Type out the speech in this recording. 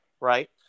right